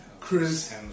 Chris